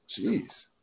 Jeez